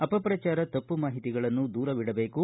ಅಪಪ್ರಚಾರ ತಪ್ಪು ಮಾಹಿತಿಗಳನ್ನು ದೂರವಿಡಬೇಕು